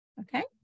Okay